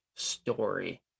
story